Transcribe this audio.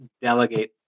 delegate